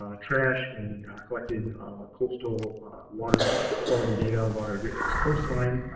ah trash, and collecting coastal water quality data and on our great lakes coastline,